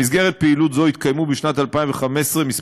במסגרת פעילות זו התקיימו בשנת 2015 כמה